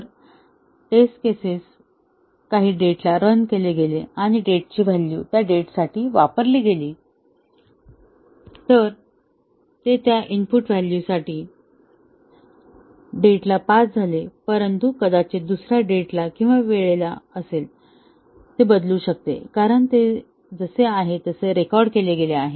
तर test case काही date ला रन केले गेले आणि डेटची व्हॅलू त्या डेटसाठी वापरली गेली आणि ते त्या इनपुट व्हॅलू साठी त्या डेटला पास झाले परंतु कदाचित दुसर्या डेटला किंवा वेळेला असेल ते बदलू शकते कारण ते जसे आहे तसे रेकॉर्ड केले होते